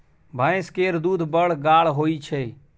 भैंस केर दूध बड़ गाढ़ होइ छै